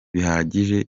bihagije